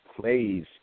plays